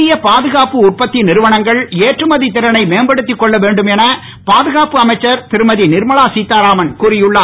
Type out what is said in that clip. இந்திய பாதுகாப்பு உற்பத்தி நிறுவனங்கள் ஏற்றுமதி திறனை மேம்படுத்திக் கொள்ள வேண்டும் என பாதுகாப்பு அமைச்சர் திருமதி நிர்மலா சீதாராமன் கூறியுள்ளார்